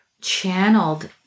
channeled